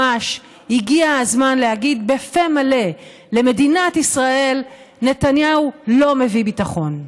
ממש הגיע הזמן להגיד בפה מלא: למדינת ישראל נתניהו לא מביא ביטחון.